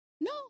No